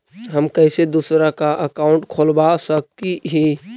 हम कैसे दूसरा का अकाउंट खोलबा सकी ही?